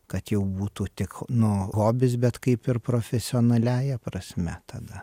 kad jau būtų tik nu hobis bet kaip ir profesionaliąja prasme tada